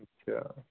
ਅੱਛਾ